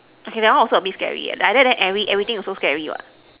okay that one also a bit scary eh like that then every everything also scary what